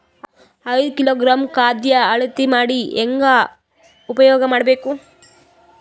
ಐದು ಕಿಲೋಗ್ರಾಂ ಖಾದ್ಯ ಅಳತಿ ಮಾಡಿ ಹೇಂಗ ಉಪಯೋಗ ಮಾಡಬೇಕು?